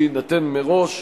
שיינתן מראש,